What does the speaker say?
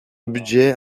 budget